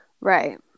Right